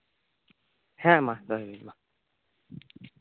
ᱦᱮᱸ ᱢᱟ ᱫᱚᱦᱚᱭ ᱢᱮ ᱢᱟ